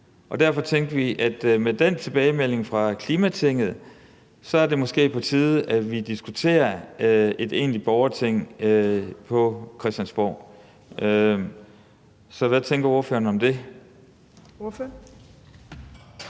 Derfor tænkte vi, at med den tilbagemelding fra klimaborgertinget er det måske på tide, at vi diskuterer et egentlig borgerting på Christiansborg. Så hvad tænker ordføreren om det?